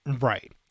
Right